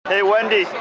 hey, wendy